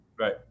Right